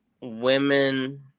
women